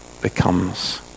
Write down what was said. becomes